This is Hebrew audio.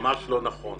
ממש לא נכון.